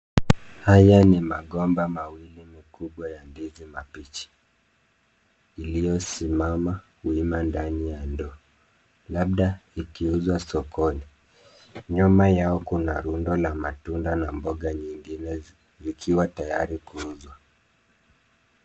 Haya ni magomba mawili mikubwa ya ndizi mabichi iliyosimama wima ndani ya ndoo, labda ikiuzwa sokoni. Nyuma yao kuna rundo la matunda na mboga nyingine zikiwa tayari kuuzwa.